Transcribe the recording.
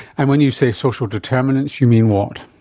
and when you say social determinants, you mean what?